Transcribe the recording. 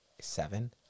seven